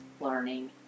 learning